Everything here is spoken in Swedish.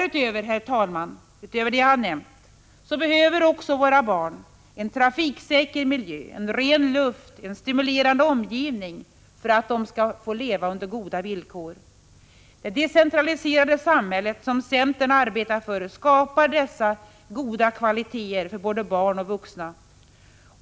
Utöver det jag har nämnt, herr talman, behövs trafiksäker miljö, ren luft och en stimulerande omgivning för att våra barn skall få leva under goda villkor. Det decentraliserade samhället, som centern arbetar för, skapar dessa goda kvaliteter för både barn och vuxna.